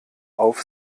auf